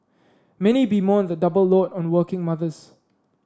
many bemoan the double load on working mothers